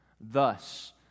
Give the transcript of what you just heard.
Thus